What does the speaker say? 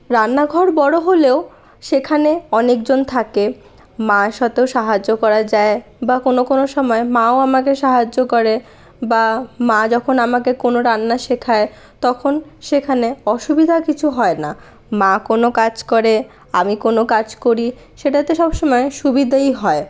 রান্নাঘর বড়ো হলেও সেখানে অনেকজন থাকে মার সাথেও সাহায্য করা যায় বা কোনো কোনো সময়ে মাও আমাকে সাহায্য করে বা মা যখন আমাকে কোনো রান্না শেখায় তখন সেখানে অসুবিধা কিছু হয় না মা কোনো কাজ করে আমি কোনো কাজ করি সেটাতে সবসময় সুবিধাই হয়